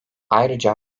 ayrıca